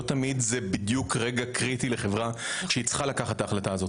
לא תמיד זה בדיוק רגע קריטי לחברה שהיא צריכה לקחת את ההחלטה הזאת.